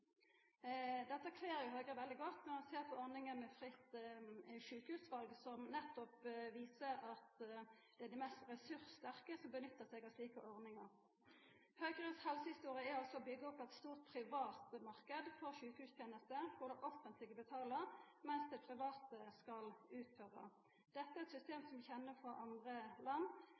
Dette kler Høgre veldig godt. Når ein ser på ordninga med fritt sjukehusvalg, viser det at det nettopp er dei mest ressurssterke som nyttar slike ordningar. Høgres helsehistorie er altså å byggja opp ein stort privatmarknad for sjukehustenester, der det offentlege betalar mens dei private skal utføra. Dette er eit system vi kjenner frå andre land.